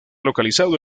localizado